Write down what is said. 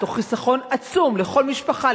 תוך חיסכון עצום לכל משפחה,